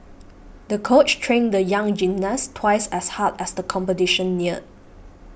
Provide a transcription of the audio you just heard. the coach trained the young gymnast twice as hard as the competition neared